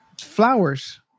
flowers